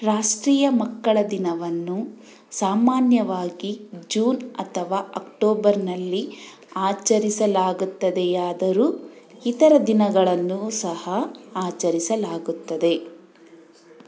ರಾಷ್ಟ್ರೀಯ ಮಕ್ಕಳ ದಿನವನ್ನು ಸಾಮಾನ್ಯವಾಗಿ ಜೂನ್ ಅಥವಾ ಅಕ್ಟೋಬರಿನಲ್ಲಿ ಆಚರಿಸಲಾಗುತ್ತದೆಯಾದರೂ ಇತರ ದಿನಗಳನ್ನು ಸಹ ಆಚರಿಸಲಾಗುತ್ತದೆ